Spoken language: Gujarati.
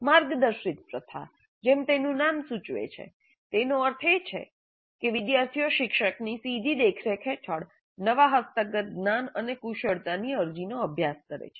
માર્ગદર્શિત પ્રથા જેમ તેનું નામ સૂચવે છે તેનો અર્થ એ છે કે વિદ્યાર્થીઓ શિક્ષકની સીધી દેખરેખ હેઠળ નવા હસ્તગત જ્ઞાન અને કુશળતાની અરજીનો અભ્યાસ કરે છે